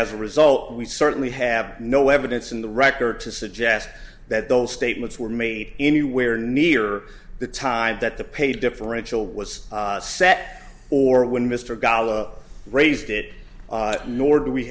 as a result we certainly have no evidence in the record to suggest that those statements were made anywhere near the time that the pay differential was set or when mr gallo raised it nor do we